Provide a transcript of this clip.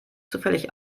zufällig